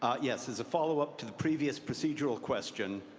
um yes. as a follow-up to the previous procedural question,